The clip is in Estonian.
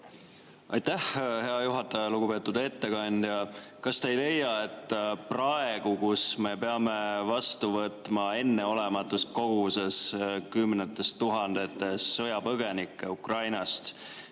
Aitäh, hea juhataja! Lugupeetud ettekandja! Kas te ei leia, et praegu, kus me peame vastu võtma enneolematus koguses, kümnetes tuhandetes sõjapõgenikke Ukrainast,